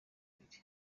abiri